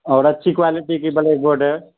اور اچھی کوالٹی کی بلیک بورڈ ہے